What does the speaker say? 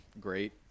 great